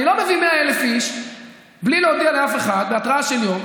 אני לא מביא 100,000 איש בלי להודיע לאף אחד בהתראה של יום.